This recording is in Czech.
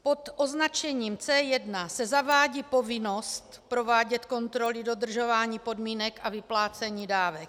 Pod označením C1 se zavádí povinnost provádět kontroly dodržování podmínek pro vyplácení dávek.